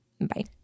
Bye